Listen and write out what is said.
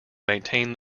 maintain